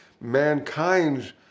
mankind's